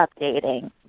updating